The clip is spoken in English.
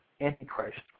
antichrist